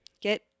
get